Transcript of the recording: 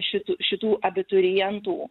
šitų šitų abiturientų